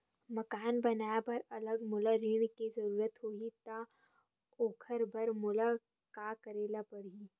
मकान बनाये बर अगर मोला ऋण के जरूरत होही त ओखर बर मोला का करे ल पड़हि?